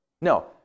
No